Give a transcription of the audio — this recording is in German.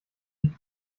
die